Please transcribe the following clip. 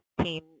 team